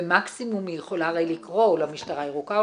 מקסימום היא יכולה הרי לקרוא למשטרה הירוקה,